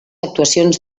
actuacions